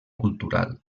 cultural